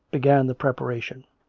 began the preparation.